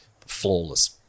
Flawless